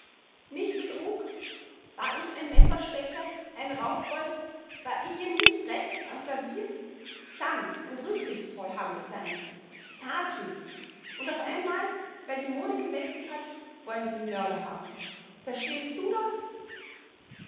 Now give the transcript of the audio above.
nicht betrug war ich ein messerstecher ein raufbold war ich ihr nicht recht am klavier sanft und rücksichtsvoll haben wir sein müssen zartfühlend und auf einmal weil die mode gewechselt hat wollen sie mörder haben verstehst du das